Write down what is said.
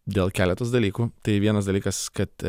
dėl keletas dalykų tai vienas dalykas kad